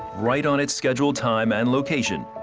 right on it's scheduled time and location,